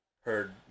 heard